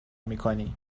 میکنی